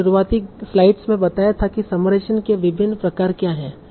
तो शुरुआती स्लाइड्स में बताया था कि समराइजेशन के विभिन्न प्रकार क्या हैं